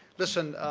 listen,